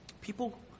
People